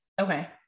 Okay